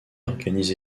organise